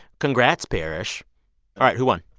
congrats, parrish. all right. who won?